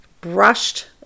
brushed